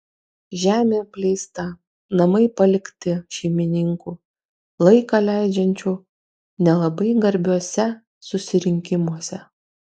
žemė apleista namai palikti šeimininkų laiką leidžiančių nelabai garbiuose susirinkimuose